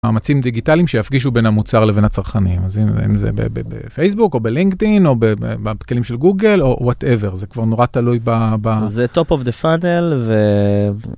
מאמצים דיגיטליים שיפגישו בין המוצר לבין הצרכנים אז אם זה בפייסבוק או בלינקדאין או בכלים של גוגל או וואטאבר זה כבר נורא תלוי ב... זה טופ אוף דה פאנל ו..